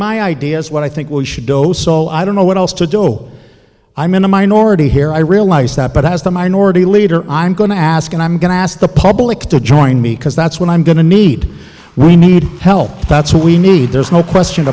my ideas what i think we should go so i don't know what else to do i'm in a minority here i realize that but as the minority leader i'm going to ask and i'm going to ask the public to join me because that's what i'm going to need we need help that's what we need there's no question